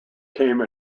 came